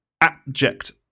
abject